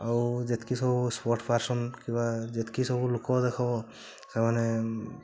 ଆଉ ଯେତକି ସବୁ ସ୍ପୋର୍ଟ୍ସ ପର୍ସନ୍ କିବା ଯେତକି ସବୁ ଲୋକ ଯାକ ସେମାନେ